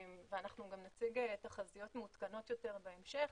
ואנחנו גם נציג תחזיות מעודכנות יותר בהמשך,